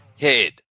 head